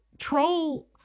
Troll